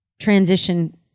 transition